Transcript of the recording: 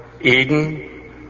Eden